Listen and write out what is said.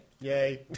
Yay